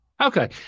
Okay